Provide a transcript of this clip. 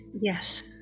Yes